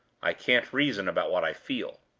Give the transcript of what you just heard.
i can't reason about what i feel.